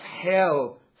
hell